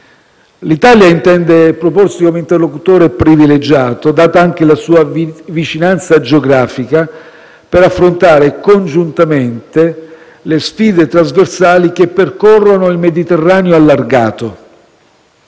L'Italia intende proporsi come interlocutore privilegiato, data anche la sua vicinanza geografica per affrontare congiuntamente le sfide trasversali che percorrono il Mediterraneo allargato.